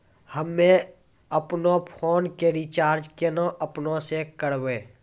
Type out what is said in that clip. हम्मे आपनौ फोन के रीचार्ज केना आपनौ से करवै?